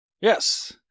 yes